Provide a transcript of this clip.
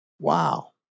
Wow